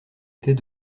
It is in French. était